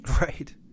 right